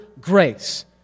grace